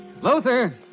Luther